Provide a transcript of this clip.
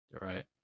right